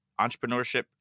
entrepreneurship